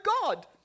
God